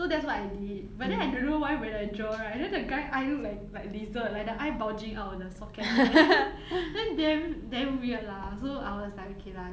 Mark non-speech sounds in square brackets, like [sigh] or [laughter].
so that's what I did but then I don't know why when I draw right then the guy eye look like like lizard like the eye bulging out of the socket like that [noise] then damn damn weird lah so I was like okay lah